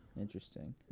Interesting